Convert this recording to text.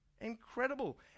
Incredible